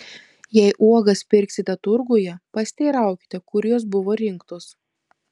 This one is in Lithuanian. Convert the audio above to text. jei uogas pirksite turguje pasiteiraukite kur jos buvo rinktos